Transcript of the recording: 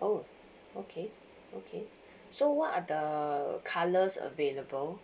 oh okay okay so what are the colors available